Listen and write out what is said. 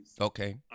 Okay